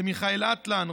למיכאל אטלן,